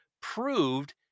proved